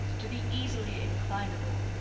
to be easily inclinable,